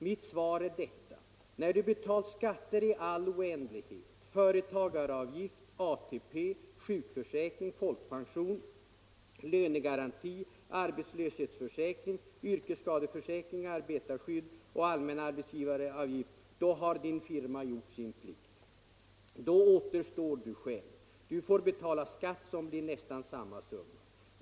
Mitt svar är detta: När du betalt skatter i all oändlighet, företagaravgift, ATP, sjukförsäkring, folkpension, lönegaranti, arbetslöshetsförsäkring, yrkesskadeförsäkring, arbetarskydd och allmän arbetsgivaravgift — då har din firma gjort sin plikt. Då återstår du själv. Du får betala skatt som blir nästan samma summa.